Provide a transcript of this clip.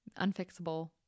Unfixable